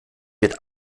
wird